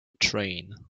train